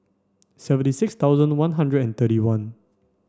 seventy six thousand one hundred and thirty one